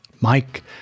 Mike